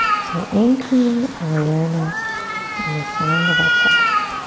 so anchoring our awareness in the sound of our breath.